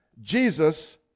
Jesus